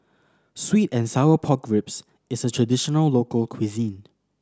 sweet and sour pork ribs is a traditional local cuisine